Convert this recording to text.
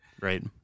Right